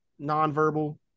nonverbal